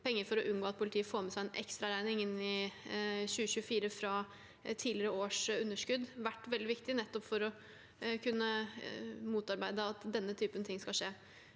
jul, for å unngå at politiet får med seg en ekstraregning inn i 2024 fra tidligere års underskudd – vært veldig viktig, nettopp for å kunne motarbeide at denne typen ting skal skje.